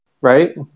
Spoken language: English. right